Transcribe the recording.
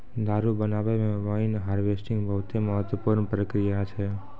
दारु बनाबै मे वाइन हार्वेस्टिंग बहुते महत्वपूर्ण प्रक्रिया छै